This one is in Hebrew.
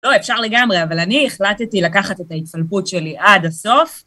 לא, אפשר לגמרי, אבל אני החלטתי לקחת את ההתחלפות שלי עד הסוף.